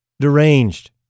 Deranged